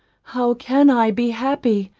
how can i be happy,